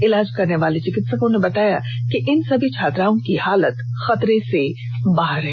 इलाज करने वाले चिकित्सकों ने बताया कि इन सभी छात्राओं की हालत खतरे के बाहर है